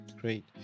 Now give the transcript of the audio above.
Great